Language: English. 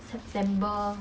september